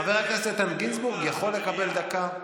חבר הכנסת איתן גינזבורג יכול לקבל דקה.